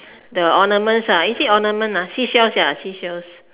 the ornaments ah is it ornaments ah seashells ya seashells